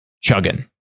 chugging